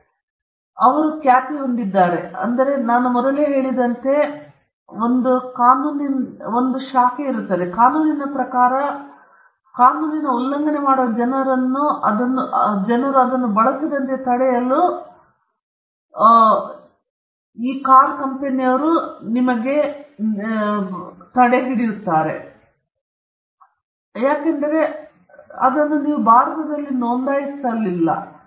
ಮತ್ತು ಅವರು ಖ್ಯಾತಿ ಹೊಂದಿದ್ದಾರೆ ಮತ್ತು ನಾನು ಮೊದಲೇ ಹೇಳಿದಂತೆ ಕಾನೂನಿನ ಇನ್ನೊಂದು ಶಾಖೆ ಇದೆ ಕಾನೂನಿನ ಪ್ರಕಾರ ಹಾದುಹೋಗುವ ಜನರು ಅದನ್ನು ಬಳಸದಂತೆ ತಡೆಯಲು ಇಕಿಯಾ ಅವರ ಪಾರುಗಾಣಿಕಾಕ್ಕೆ ಬರಬಹುದು ಆದರೂ ಅವರು ಇಲ್ಲಿ ವ್ಯಾಪಾರ ಹೊಂದಿಲ್ಲದಿರಬಹುದು ಮತ್ತು ಅವರು ಅದನ್ನು ಭಾರತದಲ್ಲಿ ನೋಂದಾಯಿಸದೆ ಇರಬಹುದು